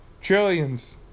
trillions